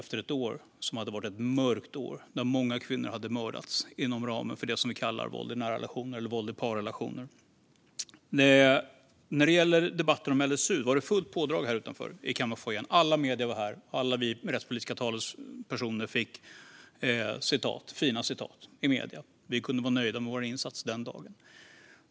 Det hade varit ett mörkt år då många kvinnor mördats inom ramen för det som vi kallar våld i nära relationer eller våld i parrelationer. Vid debatten om LSU var det fullt pådrag här utanför i kammarfoajén. Alla medier var här. Alla vi rättspolitiska talespersoner fick fina citat i medierna. Vi kunde vara nöjda med våra insatser den dagen.